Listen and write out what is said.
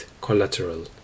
collateral